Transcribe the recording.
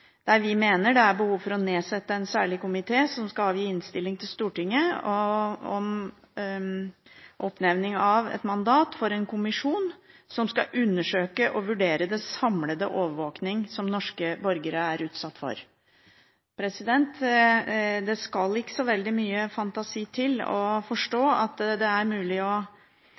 der vi mener det er behov for å nedsette en særskilt komité som skal avgi innstilling til Stortinget om oppnevning av, og mandat for, en kommisjon som skal undersøke og vurdere den samlede overvåkningen som norske borgere er utsatt for. Det skal ikke så veldig mye fantasi til å forstå at det er mulig å